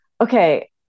okay